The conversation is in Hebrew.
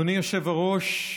אדוני היושב-ראש,